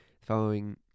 Following